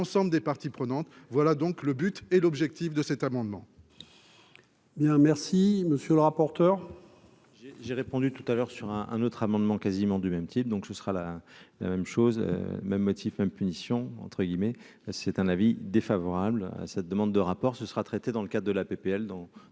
des parties prenantes, voilà donc le but et l'objectif de cet amendement. Bien, merci, monsieur le rapporteur. J'ai répondu tout à l'heure sur un un autre amendement quasiment du même type, donc ce sera la même chose, même motif, même punition, entre guillemets, c'est un avis défavorable à cette demande de rapport ce sera traitée dans le cadre de la PPL dont